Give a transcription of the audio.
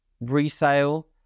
resale